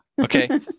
okay